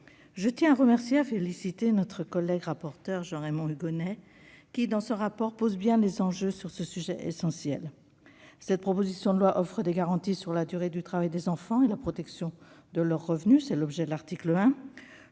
Je tiens à remercier et à féliciter notre collègue rapporteur Jean-Raymond Hugonet, dont le rapport pose bien les enjeux sur ce sujet essentiel. Cette proposition de loi offre des garanties en matière de durée du travail des enfants et de protection de leurs revenus ; c'est l'objet de l'article 1.